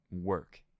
work